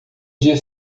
dia